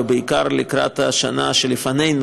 ובעיקר לקראת השנה שלפנינו,